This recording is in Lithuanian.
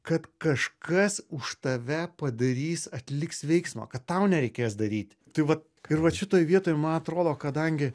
kad kažkas už tave padarys atliks veiksmą kad tau nereikės daryti tai vat ir vat šitoj vietoj man atrodo kadangi